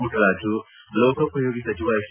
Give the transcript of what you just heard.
ಪುಟ್ವರಾಜು ಲೋಕೋಪಯೋಗಿ ಸಚಿವ ಎಜ್